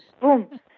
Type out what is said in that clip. boom